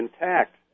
intact